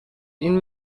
این